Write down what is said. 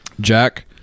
Jack